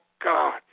God